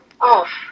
off